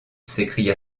s’écria